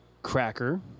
cracker